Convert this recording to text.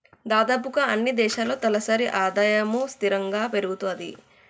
దాదాపుగా అన్నీ దేశాల్లో తలసరి ఆదాయము స్థిరంగా పెరుగుతది